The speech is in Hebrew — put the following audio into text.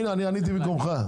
עניתי במקומך.